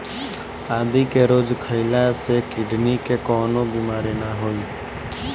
आदि के रोज खइला से किडनी के कवनो बीमारी ना होई